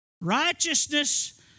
Righteousness